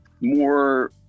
more